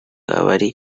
abari